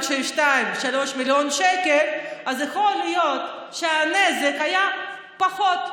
של 3-2 מיליון שקלים אז יכול להיות שהיה פחות נזק.